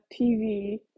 TV